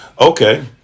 okay